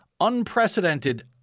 unprecedented